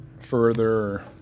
further